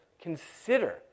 consider